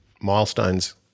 milestones